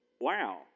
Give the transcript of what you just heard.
Wow